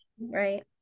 right